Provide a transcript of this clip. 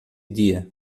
dia